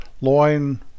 loin